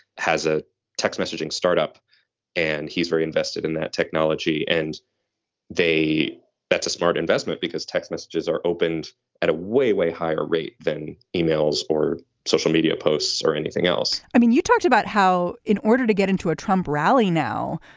has a text messaging startup and he's very invested in that technology. and they that's a smart investment because text messages are opened at a way, way higher rate than emails or social media posts or anything else i mean, you talked about how in order to get into a trump rally now,